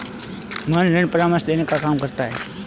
मोहन ऋण परामर्श देने का काम करता है